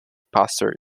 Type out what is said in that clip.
pastor